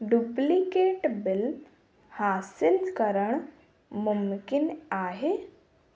duplicate bill हासिलु करणु मुमिकिन आहे